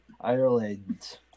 Ireland